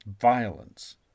violence